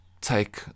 take